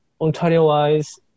Ontario-wise